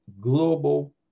global